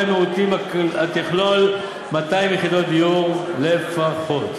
המיעוטים תכלול 200 יחידות דיור לפחות.